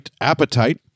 appetite